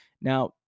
Now